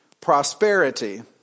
prosperity